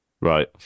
right